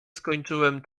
skończyłem